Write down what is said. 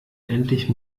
endlich